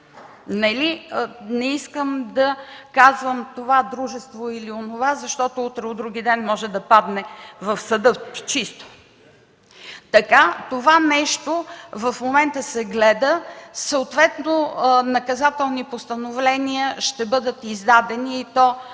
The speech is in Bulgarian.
Не искам да казвам това дружество или онова, защото утре или вдругиден може да падне в съда и да е чисто. Това нещо в момента се гледа, съответно наказателни постановления ще бъдат издадени, и то